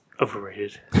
Overrated